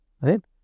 right